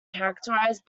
characterized